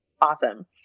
awesome